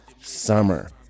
summer